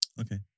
okay